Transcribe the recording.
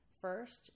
First